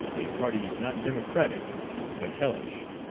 a party not democratic but hellish.